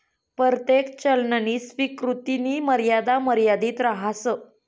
परतेक चलननी स्वीकृतीनी मर्यादा मर्यादित रहास